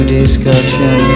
discussion